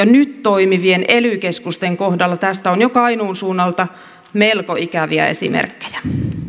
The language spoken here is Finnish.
nyt toimivien ely keskusten kohdalla tästä on jo kainuun suunnalta melko ikäviä esimerkkejä